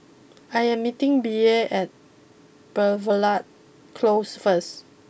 I am meeting Bea at Belvedere close first